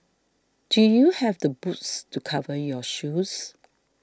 do you have the boots to cover your shoes